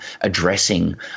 addressing